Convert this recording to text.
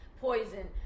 Poison